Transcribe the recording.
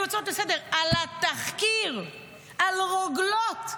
הביאו הצעות לסדר-יום על התחקיר על רוגלות.